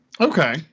okay